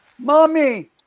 mommy